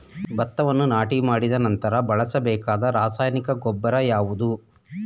ಭತ್ತವನ್ನು ನಾಟಿ ಮಾಡಿದ ನಂತರ ಬಳಸಬೇಕಾದ ರಾಸಾಯನಿಕ ಗೊಬ್ಬರ ಯಾವುದು?